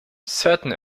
certain